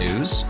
News